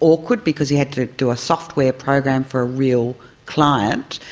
awkward because he had to do a software programs for a real client.